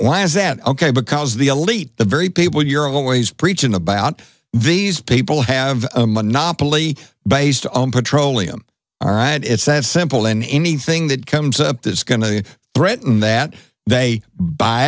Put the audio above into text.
why is that ok because the elite the very people you're always preaching about these people have a monopoly based on petroleum and it's that simple and anything that comes up that's going to threaten that they buy